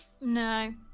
No